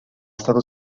stato